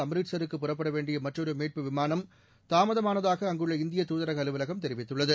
அம்ரிஸ்டருக்கு புறப்பட வேண்டிய மற்றொரு மீட்பு விமானம் தாமதம் ஆனதாக அங்குள்ள இந்திய தூதரக அலுவலகம் தெரிவித்துள்ளது